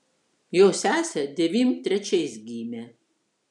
jo sesė devym trečiais gimė